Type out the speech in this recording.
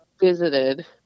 visited